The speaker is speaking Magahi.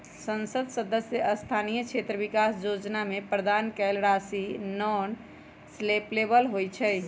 संसद सदस्य स्थानीय क्षेत्र विकास जोजना में प्रदान कएल गेल राशि नॉन लैप्सबल होइ छइ